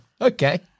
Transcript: okay